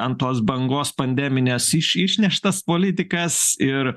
ant tos bangos pandeminės iš išneštas politikas ir